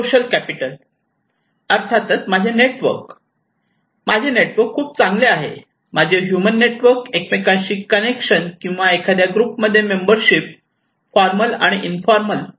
social capital अर्थातच माझे network network खूप चांगले कार्य करते माझे ह्यूमन नेटवर्क एकमेकांशी कनेक्शन किंवा एखाद्या ग्रुप मध्ये मेम्बरशिप फॉर्मल आणि इंफॉर्मल